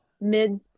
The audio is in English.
mid